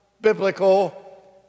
biblical